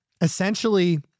essentially